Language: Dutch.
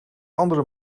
andere